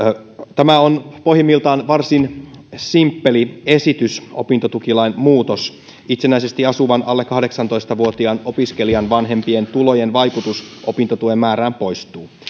tämä on pohjimmiltaan varsin simppeli esitys opintotukilain muutos itsenäisesti asuvan alle kahdeksantoista vuotiaan opiskelijan vanhempien tulojen vaikutus opintotuen määrään poistuu